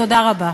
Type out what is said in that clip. תודה רבה.